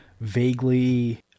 vaguely